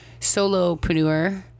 solopreneur